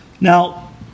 Now